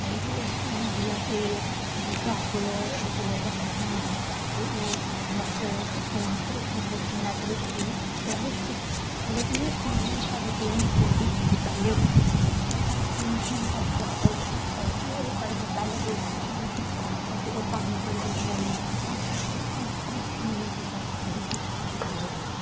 जि'यां कि मेरे भ्राऽ कोल जिल्लै उ'न्नै पढ़ना होऐ ते ओह् नैट्ट फोन उप्पर फोन दे थ्रू नैट्ट दे थ्रू बड़ा किश दिक्खी लैंदा ऐ अगर इ'यै चीज साढ़े पेरेंट्स कोल बी होंदी उस जमाने बिच्च ते साढ़े पेरेंट्स ने बी साढ़े कोलां बोह्त साढ़े कोला पैह्लें बोह्त कुछ चीजां सिक्खी दियां होनियां हियां ते ओह् सानूं बड़ी जल्दी आई जानियां हियां ते होर होर नमियां चीजां बड़ियां कुछ सिक्खी सकदे हे